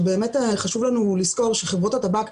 באמת חשוב לזכור שחברות הטבק,